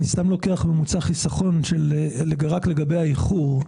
אני סתם לוקח ממוצע חיסכון רק לגבי האיחור.